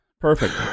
perfect